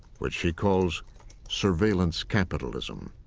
which she calls surveillance capitalism.